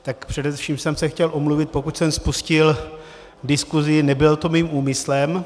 Tak především jsem se chtěl omluvit, pokud jsem spustil diskusi, nebylo to mým úmyslem.